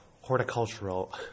horticultural